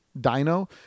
Dino